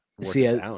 See